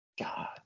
God